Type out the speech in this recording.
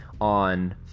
on